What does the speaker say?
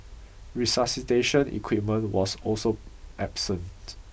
resuscitation equipment was also absent